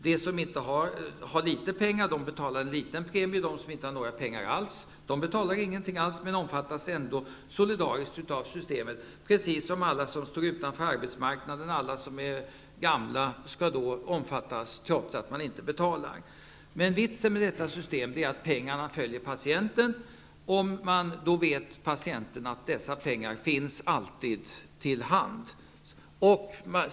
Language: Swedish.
De som har litet pengar betalar liten premie, de som inte har pengar betalar ingenting, men omfattas ändå solidariskt av systemet, precis som alla som står utanför arbetsmarknaden och alla som är gamla skall omfattas trots att de inte kan betala. Vitsen med systemet är att pengarna följer patienten, och patienten vet att dessa pengar alltid finns till hands.